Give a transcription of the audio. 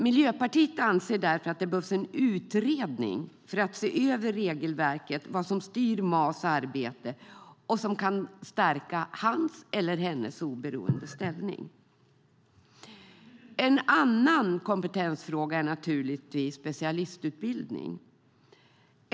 Miljöpartiet anser därför att det behövs en utredning för att se över regelverket, vad som styr MAS arbete och vad som kan stärka hans eller hennes oberoende ställning. En annan kompetensfråga är naturligtvis specialistutbildning.